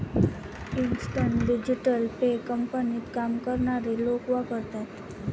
instant digital pay कंपनीत काम करणारे लोक वापरतात